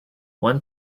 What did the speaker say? one